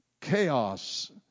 chaos